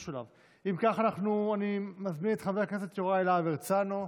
אם כך, אני מזמין את חבר הכנסת יוראי להב הרצנו,